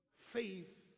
faith